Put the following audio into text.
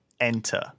enter